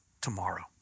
tomorrow